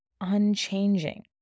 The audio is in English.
unchanging